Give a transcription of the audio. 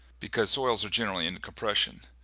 because soils are generally in compression.